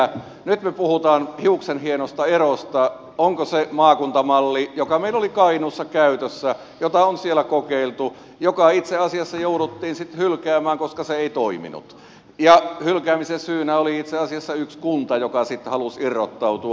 nyt me puhumme hiuksenhienosta erosta onko se maakuntamalli joka meillä oli kainuussa käytössä jota on siellä kokeiltu joka itse asiassa jouduttiin sitten hylkäämään koska se ei toiminut ja hylkäämisen syynä oli itse asiassa yksi kunta joka siitä halusi irrottautua